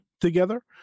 together